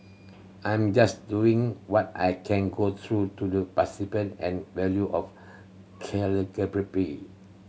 I'm just doing what I can grow to the and value of calligraphy